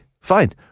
fine